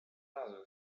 razu